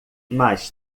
mais